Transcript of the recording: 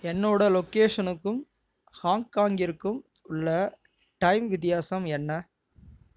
என்னோட லொகேஷனுக்கும் ஹாங்காங்கிற்கும் உள்ள டைம் வித்தியாசம் என்ன